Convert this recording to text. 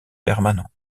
permanents